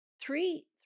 three